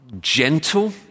gentle